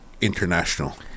international